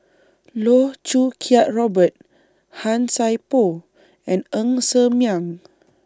Loh Choo Kiat Robert Han Sai Por and Ng Ser Miang